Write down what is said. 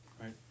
right